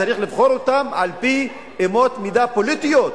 צריך לבחור אותם על-פי אמות מידה פוליטיות,